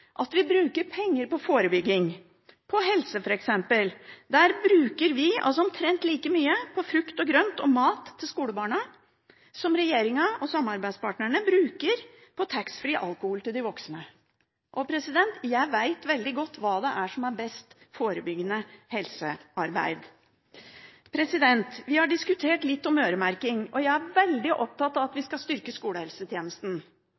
at vi bruker penger på forebygging, på f.eks. helse. Der bruker vi omtrent like mye – på frukt og grønt og mat til skolebarna – som regjeringen og samarbeidspartnerne bruker på taxfree alkohol til de voksne. Jeg vet veldig godt hva det er som er best: forebyggende helsearbeid. Vi har diskutert øremerking, og jeg er veldig opptatt av at